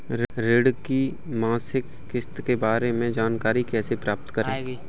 ऋण की मासिक किस्त के बारे में जानकारी कैसे प्राप्त करें?